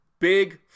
Big